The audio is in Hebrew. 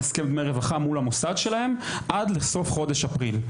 על הסכם דמי רווחה מול המוסד שלהם עד לסוף חודש אפריל.